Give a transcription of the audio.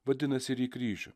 vadinasi ir į kryžių